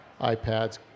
iPads